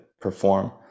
perform